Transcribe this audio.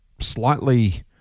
slightly